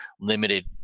limited